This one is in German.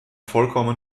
vollkommen